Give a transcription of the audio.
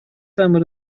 самой